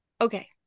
okay